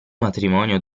matrimonio